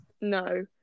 no